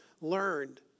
learned